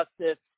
justice